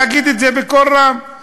להגיד את זה בקול רם.